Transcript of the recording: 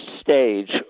stage